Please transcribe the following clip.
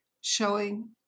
showing